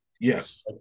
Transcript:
Yes